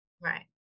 Right